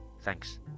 Thanks